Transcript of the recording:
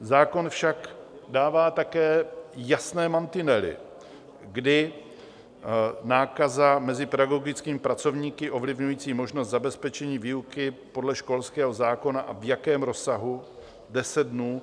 Zákon však dává také jasné mantinely, kdy nákaza mezi pedagogickými pracovníky ovlivňujícími možnost zabezpečení výuky podle školského zákona a v jakém rozsahu deset dnů.